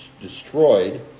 destroyed